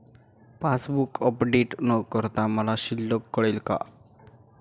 Passbook update न करता मला शिल्लक कळेल का?